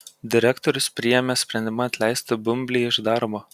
direktorius priėmė sprendimą atleisti bumblį iš darbo